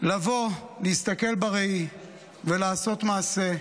לבוא להסתכל בראי ולעשות מעשה.